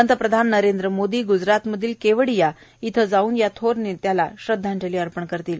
पंतप्रधान नरेंद्र मोदी ग्जरातमधील केवळीया इथं जाऊन या थोर नेत्याला श्रदधांजली अर्पण करतील